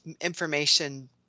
information